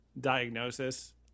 diagnosis